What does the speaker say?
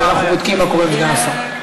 אנחנו בודקים מה קורה עם סגן השר.